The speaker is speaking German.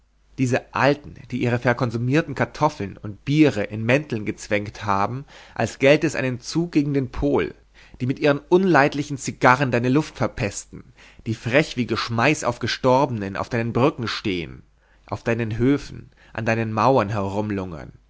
diese alten die ihre verkonsumierten kartoffeln und biere in mäntel gezwängt haben als gälte es einen zug gegen den pol die mit ihren unleidlichen cigarren deine luft verpesten die frech wie geschmeiß auf gestorbenen auf deinen brücken stehen auf deinen höfen an deinen mauern